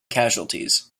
casualties